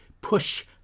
push